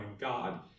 God